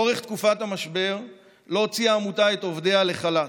לאורך תקופת המשבר לא הוציאה העמותה את עובדיה לחל"ת.